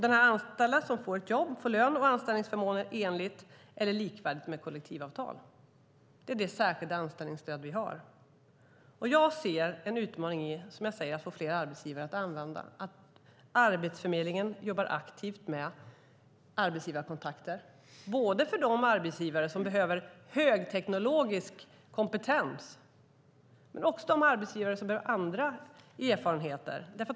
Den anställda, som får ett jobb, får lön och anställningsförmåner enligt eller likvärdigt med kollektivavtal. Det är det särskilda anställningsstöd vi har. Och jag ser en utmaning i, som jag säger, att få fler arbetsgivare att använda detta. Det handlar om att Arbetsförmedlingen jobbar aktivt med arbetsgivarkontakter. Det gäller både de arbetsgivare som behöver högteknologisk kompetens och de arbetsgivare som behöver andra erfarenheter.